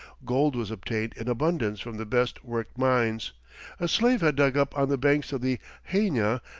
gold was obtained in abundance from the best worked mines a slave had dug up on the banks of the hayna,